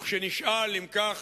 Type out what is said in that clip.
וכשנשאל, אם כך,